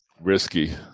risky